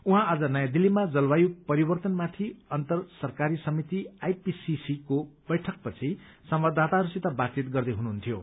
उहाँ आज नयाँ दिल्लीमा जलवायु परिवर्तनमाथि अन्तरसरकारी समिति आईपीसीसी को बैठकपछि संवाददाताहरूसित बातचित गर्दै हुनुहुन्थ्यो